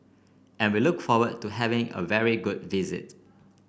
and we look forward to having a very good visit